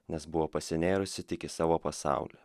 nes buvo pasinėrusi tik į savo pasaulį